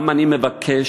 אני גם מבקש,